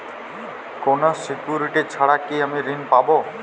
কোনো সিকুরিটি ছাড়া কি আমি ঋণ পাবো?